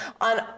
on